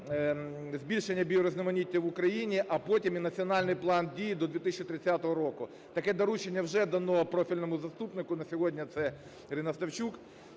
збільшення біорізноманіття в Україні, а потім і національний план дій до 2030 року. Таке доручення вже дано профільному заступнику, на сьогодні це Ірина Ставчук.